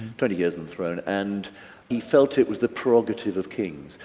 twenty years in the throne and he felt it was the prerogative of kings,